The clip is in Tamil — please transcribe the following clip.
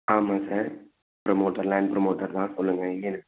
ஆமாங்க சார் ப்ரோமோட்டர் லேண்ட் ப்ரோமோட்டர் தான் சொல்லுங்கள் எங்கேரு